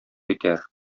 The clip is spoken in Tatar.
итәр